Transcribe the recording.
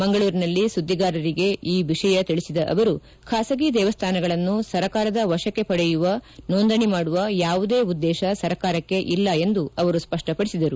ಮಂಗಳೂರಿನಲ್ಲಿ ಸುದ್ದಿಗಾರರಿಗೆ ಈ ವಿಷಯ ತಿಳಿಸಿದ ಅವರು ಖಾಸಗಿ ದೇಮಸ್ಥಾನಗಳನ್ನು ಸರಕಾರದ ವಶಕ್ಷೆ ಪಡೆಯುವ ನೋಂದಣಿ ಮಾಡುವ ಯಾವುದೇ ಉದ್ದೇತ ಸರಕಾರಕ್ಷೆ ಇಲ್ಲ ಎಂದು ಸ್ಪಷ್ಟಪಡಿಸಿದರು